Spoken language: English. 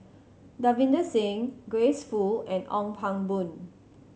Davinder Singh Grace Fu and Ong Pang Boon